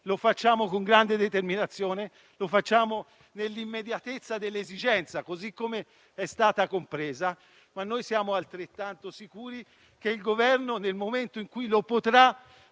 lo facciamo con grande determinazione, lo facciamo nell'immediatezza dell'esigenza, così come è stata compresa. Ma siamo altrettanto sicuri che il Governo, nel momento in cui potrà,